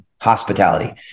hospitality